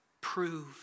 prove